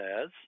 says